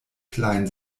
klein